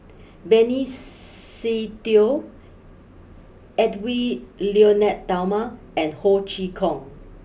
Benny Se Teo Edwy Lyonet Talma and Ho Chee Kong